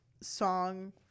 song